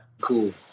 cool